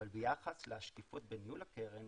אבל ביחס לשקיפות בניהול הקרן